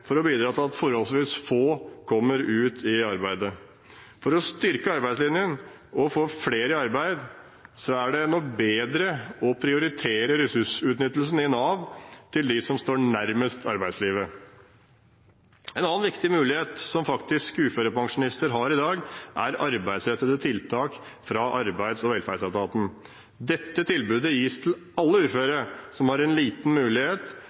for å bidra til at forholdsvis få kommer ut i arbeid. For å styrke arbeidslinjen og få flere i arbeid er det nok bedre å prioritere ressursutnyttelsen i Nav for dem som står nærmest arbeidslivet. En annen viktig mulighet som uførepensjonister har i dag, er arbeidsrettede tiltak fra Arbeids- og velferdsetaten. Dette tilbudet gis til alle uføre som har liten mulighet